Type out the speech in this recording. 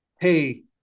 hey